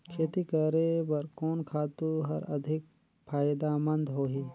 खेती करे बर कोन खातु हर अधिक फायदामंद होही?